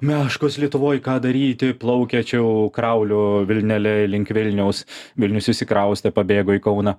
meškos lietuvoj ką daryti plaukia čia krauliu vilnele link vilniaus vilnius išsikraustė pabėgo į kauną